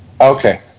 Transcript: Okay